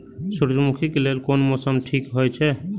सूर्यमुखी के लेल कोन मौसम ठीक हे छे?